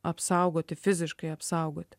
apsaugoti fiziškai apsaugoti